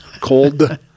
cold